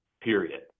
period